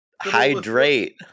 hydrate